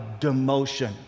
demotion